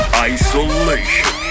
Isolation